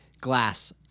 glass